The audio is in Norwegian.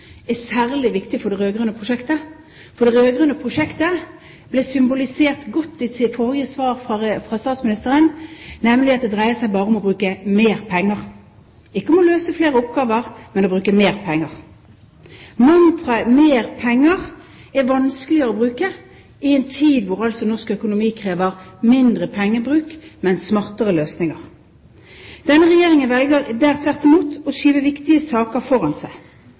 er særlig viktig for det rød-grønne prosjektet. For det rød-grønne prosjektet ble symbolisert godt i statsministerens forrige svar, nemlig at det bare dreier seg om å bruke mer penger – ikke om å løse flere oppgaver, men om å bruke mer penger. Mantraet «mer penger» er vanskeligere å bruke i en tid da norsk økonomi krever mindre pengebruk, men smartere løsninger. Denne regjeringen velger tvert imot å skyve viktige saker foran seg.